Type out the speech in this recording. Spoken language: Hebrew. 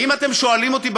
ואם אתם שואלים אותי,